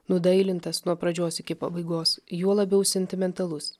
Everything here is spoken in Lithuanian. nudailintas nuo pradžios iki pabaigos juo labiau sentimentalus